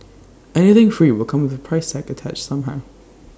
anything free will come with A price tag attached somehow